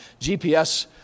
GPS